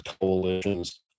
coalitions